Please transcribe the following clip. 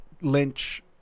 Lynch